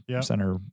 center